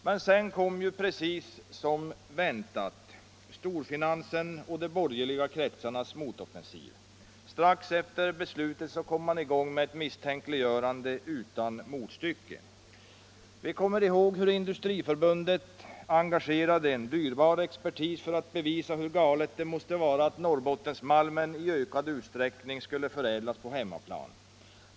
Men sedan kom -— precis som väntat — storfinansens och de borgerliga kretsarnas motoffensiv. Strax efter beslutet kom man i gång med ett misstänkliggörande utan motstycke. Vi kommer ihåg hur Industriförbundet engagerade dyrbar expertis för att bevisa hur galet det måste vara att Norrbottensmalmen i ökad utsträckning skulle förädlas på hemmaplan.